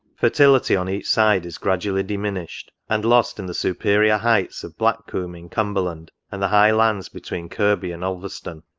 fertility on each side is gradually diminished, and lost in the superior heights of blackcomb, in cumberland, and the high lands between kirkby and ulverstone.